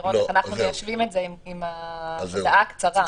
לראות איך אנחנו מיישבים את זה עם ההוצאה הקצרה.